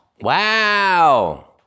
Wow